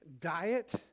diet